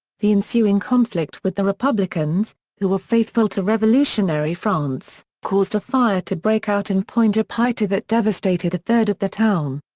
the ensuing conflict with the republicans, who were faithful to revolutionary france, caused a fire to break out in pointe-a-pitre that devastated a third of the town.